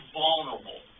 vulnerable